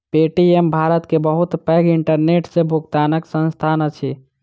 Paytm Bharat के बहुत पैघ इंटरनेट सॅ भुगतनाक संस्थान अछि